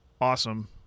awesome